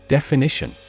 Definition